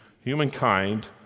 humankind